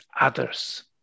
others